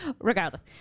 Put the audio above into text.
regardless